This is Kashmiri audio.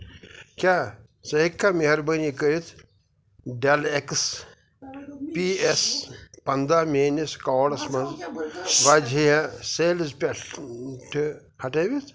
کیا ژٕ ہیٚککھا مہربٲنی کٔرِتھ ڈٮ۪ل ایکٕس پی ایس پَنداہ میٲنس کارڈس منٛز وجیہ سیلٕز پٮ۪ٹھ ٹہِ ہٹٲوِتھ